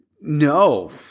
No